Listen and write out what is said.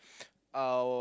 uh